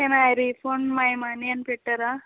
can I refund my money అని పెట్టారా